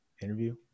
interview